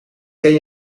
ken